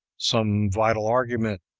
some vital argument,